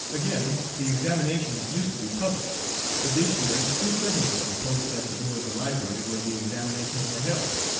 again, the examinations used to be public but this year two sentinels were posted at the door of the library, where the examinations were held,